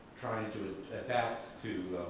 trying to adapt to